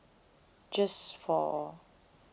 just for